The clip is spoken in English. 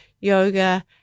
yoga